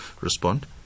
respond